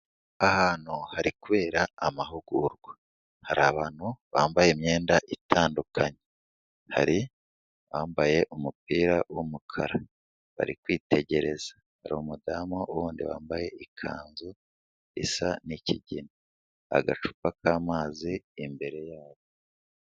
Ahantu hari kubera amahugurwa, hari abantu bambaye imyenda itandukanye, hari abambaye umupira w'umukara, bari kwitegereza, hari umudamu wundi wambaye ikanzu isa n'ikigina, agacupa k'amazi imbere yabo.